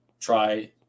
try